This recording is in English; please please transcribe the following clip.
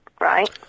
right